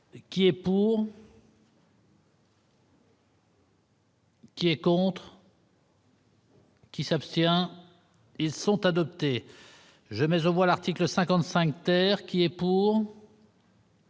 qui est pour. Qui est contre. Qui s'abstient ils sont adoptés. Je mais au Boilard le 55 terre qui est pour.